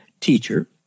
teacher